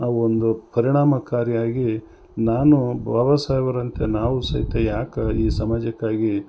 ಆ ಒಂದು ಪರಿಣಾಮಕಾರಿಯಾಗಿ ನಾನು ಬಾಬಾ ಸಾಹೇಬ್ರ್ ಅಂತೇ ನಾವು ಸಹಿತ ಯಾಕೆ ಈ ಸಮಾಜಕ್ಕಾಗಿ